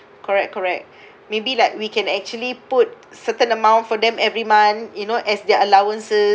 correct correct maybe like we can actually put certain amount for them every month you know as their allowances